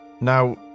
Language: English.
Now